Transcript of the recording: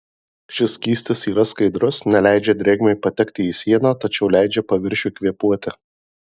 šis skystis yra skaidrus neleidžia drėgmei patekti į sieną tačiau leidžia paviršiui kvėpuoti